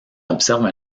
observe